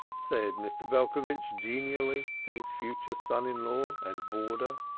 said mr. belcovitch genially to his future son-in-law and boarder.